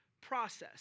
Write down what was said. process